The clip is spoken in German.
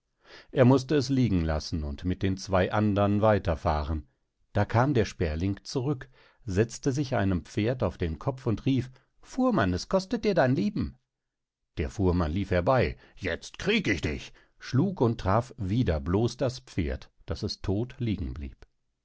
er mußte es liegen lassen und mit den zwei andern weiter fahren da kam der sperling zurück setzte sich einem pferd auf den kopf und rief fuhrmann es kostet dir dein leben der fuhrmann lief herbei jetzt krieg ich dich schlug und traf wieder bloß das pferd daß es todt liegen blieb